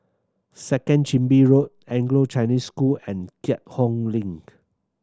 Second Chin Bee Road Anglo Chinese School and Keat Hong Link